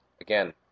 again